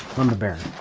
lumber baron,